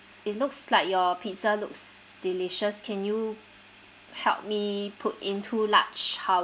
it looks like your pizza looks delicious can you help me put in two large ha~